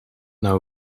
nou